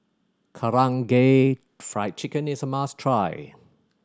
Karaage Fried Chicken is a must try